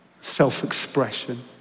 self-expression